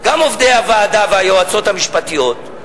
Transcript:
גם עובדי הוועדה והיועצות המשפטיות,